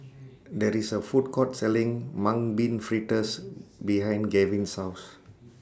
There IS A Food Court Selling Mung Bean Fritters behind Gavin's House